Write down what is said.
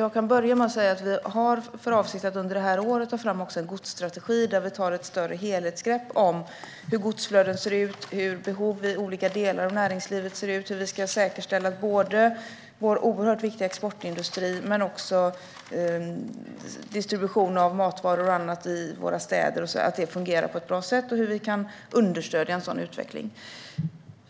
Jag kan börja med att säga att vi har för avsikt att under året ta fram en godsstrategi där vi tar ett större helhetsgrepp om hur godsflöden ser ut, hur behov i olika delar av näringslivet ser ut och hur vi ska säkerställa att inte bara vår oerhört viktiga exportindustri utan även distributionen av matvaror och annat i våra städer fungerar på ett bra sätt samt hur vi kan understödja en sådan utveckling.